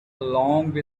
along